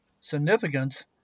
significance